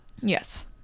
yes